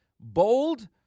bold